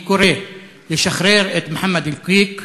אני קורא לשחרר את מוחמד אלקיק.